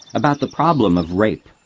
about the problem of rape.